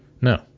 No